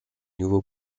nouveau